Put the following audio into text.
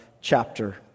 chapter